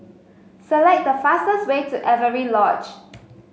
select the fastest way to Avery Lodge